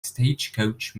stagecoach